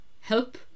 help